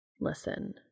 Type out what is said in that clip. Listen